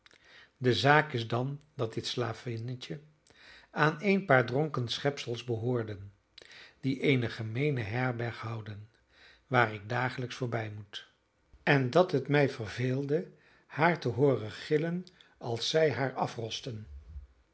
de zaak is dan dat dit slavinnetje aan een paar dronken schepsels behoorde die eene gemeene herberg houden waar ik dagelijks voorbij moet en dat het mij verveelde haar te hooren gillen als zij haar afrosten